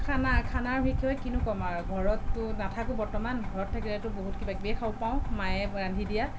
খানা খানাৰ বিষয়ে কিনো ক'ম আৰু ঘৰতটো নাথাকো বৰ্তমান ঘৰত থাকিলেটো বহুত কিবা কিবিয়ে খাব পাওঁ মায়ে ৰান্ধি দিয়া